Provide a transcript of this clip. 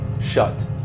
shut